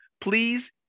please